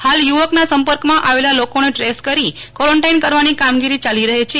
હાલ યુ વકના સંપર્કમાં આવેલા લોકોને દ્રેસ કરી કર્વોરન્ટઈન કરવાની કામગીરી ચાલી રહી છે